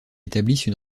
établissent